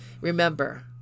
Remember